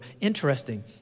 Interesting